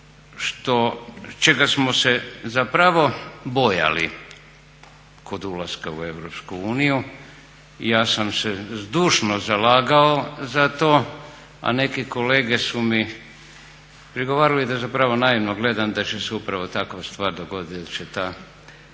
što, čega smo se zapravo bojali kod ulaska u EU i ja sam se zdušno zalagao za to a neke kolege su mi prigovarali da zapravo naivno gledam da će se upravo takva stvar dogoditi da će ta